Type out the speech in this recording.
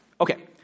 Okay